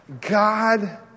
God